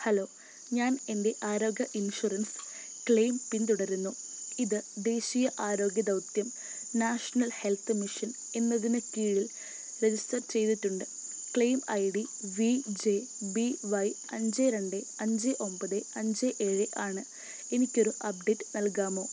hello ഞാൻ എൻ്റെ ആരോഗ്യ ഇൻഷുറൻസ് ക്ലെയിം പിന്തുടരുന്നു ഇത് ദേശീയ ആരോഗ്യ ദൗത്യം നാഷണൽ ഹെൽത്ത് മിഷൻ എന്നതിന് കീഴിൽ രജിസ്റ്റർ ചെയ്തിട്ടുണ്ട് claim I D V J B Y അഞ്ച് രണ്ട് അഞ്ച് ഒമ്പത് അഞ്ച് ഏഴ് ആണ് എനിക്കൊരു അപ്ഡേറ്റ് നൽകാമോ